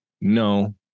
No